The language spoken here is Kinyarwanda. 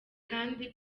kandi